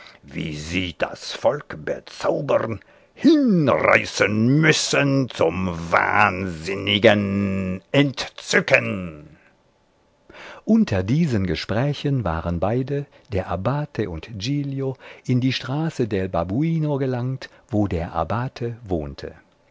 wie sie das volk bezaubern hinreißen müssen zum wahnsinnigen entzücken unter diesen gesprächen waren beide der abbate und giglio in die straße del babuino gelangt wo der abbate wohnte